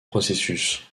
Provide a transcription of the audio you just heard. processus